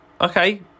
Okay